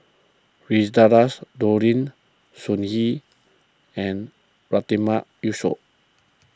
Firdaus Nordin Sun Yee and Yatiman Yusof